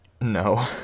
No